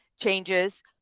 changes